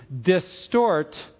distort